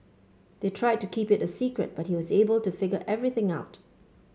they tried to keep it a secret but he was able to figure everything out